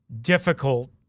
difficult